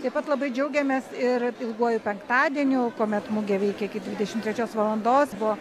taip pat labai džiaugiamės ir ilguoju penktadieniu kuomet mugė veikia iki dvidešimt trečios valandos buvo